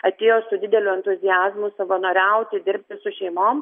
atėjo su dideliu entuziazmu savanoriauti dirbti su šeimom